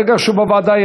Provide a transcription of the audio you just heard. ברגע שהוא בוועדה,